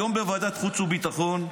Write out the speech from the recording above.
היום בוועדת חוץ וביטחון,